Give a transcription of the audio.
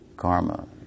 karma